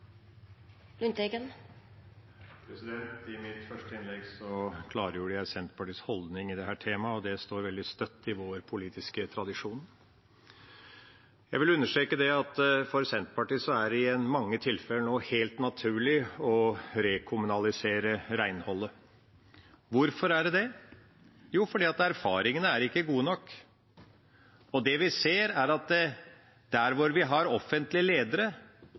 står veldig støtt i vår politiske tradisjon. Jeg vil understreke at for Senterpartiet er det i mange tilfeller nå helt naturlig å rekommunalisere renholdet. Hvorfor er det det? Jo, fordi erfaringene ikke er gode nok. Det vi ser, er at der hvor vi har offentlige ledere,